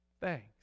thanks